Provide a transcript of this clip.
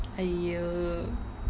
!eeyer!